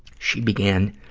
she began,